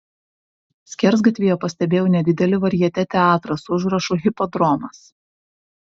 skersgatvyje pastebėjau nedidelį varjetė teatrą su užrašu hipodromas